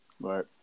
Right